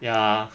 ya